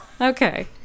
Okay